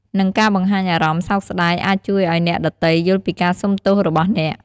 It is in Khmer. និងការបង្ហាញអារម្មណ៍សោកស្ដាយអាចជួយឱ្យអ្នកដទៃយល់ពីការសូមទោសរបស់អ្នក។